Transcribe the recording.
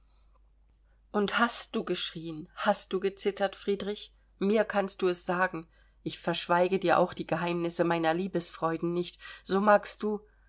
und hast du geschrieen hast du gezittert friedrich mir kannst du es sagen ich verschweige dir auch die geheimnisse meiner liebesfreuden nicht so magst du